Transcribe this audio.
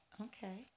Okay